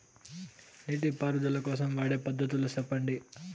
నీటి పారుదల కోసం వాడే పద్ధతులు సెప్పండి?